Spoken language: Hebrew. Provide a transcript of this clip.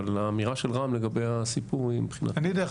אבל האמירה של רם לגבי הסיפור --- אני דרך